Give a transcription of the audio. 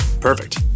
Perfect